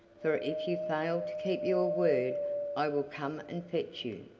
for if you fail to keep your word i will come and fetch you!